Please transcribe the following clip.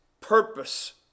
purpose